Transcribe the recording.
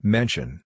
Mention